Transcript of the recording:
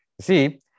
See